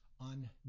on